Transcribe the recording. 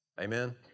Amen